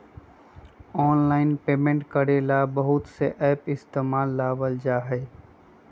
online payment करे ला बहुत से एप इस्तेमाल में लावल जा हई